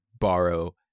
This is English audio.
borrow